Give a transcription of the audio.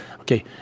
Okay